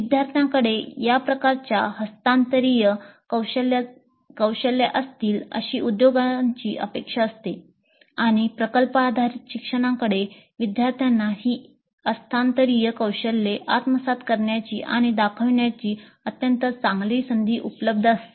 विद्यार्थ्यांकडे या प्रकारच्या हस्तांतरणीय कौशल्य असतील अशी उद्योगांची अपेक्षा असते आणि प्रकल्प आधारित शिक्षणाकडे विद्यार्थ्यांना ही हस्तांतरणीय कौशल्ये आत्मसात करण्याची आणि दाखविण्याची अत्यंत चांगली संधी उपलब्ध असते